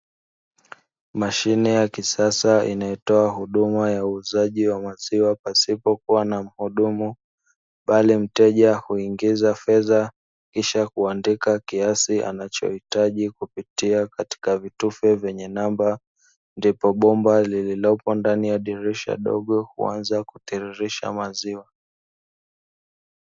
Mashine ya kisasa inayotoa huduma ya uuzaji wa maziwa, pasipokua na mhudumu. Bali mteja huingiza fedha kisha kuandika kiasi anachohitaji, kupitia katika vitufe vyenye namba. Ndipo bomba lililopo ndani ya dirisha dogo, huanza kutiririsha maziwa.